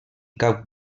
cap